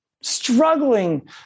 struggling